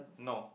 no